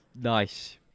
Nice